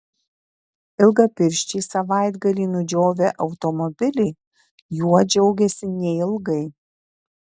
ilgapirščiai savaitgalį nudžiovę automobilį juo džiaugėsi neilgai